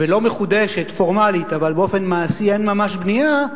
ולא מחודשת פורמלית אבל באופן מעשי אין ממש בנייה,